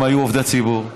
אם היו עובדי ציבור.